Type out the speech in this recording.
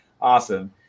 Awesome